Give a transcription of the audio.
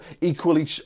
equally